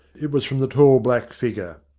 it was from the tall black figure.